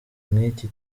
nk’iki